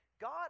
god